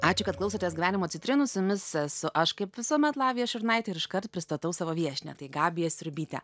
ačiū kad klausotės gyvenimo citrinų su jumis esu aš kaip visuomet lavija šurnaitė ir iškart pristatau savo viešnią tai gabija siurbytė